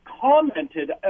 commented